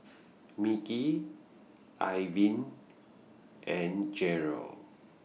Mickie Irvin and Jeryl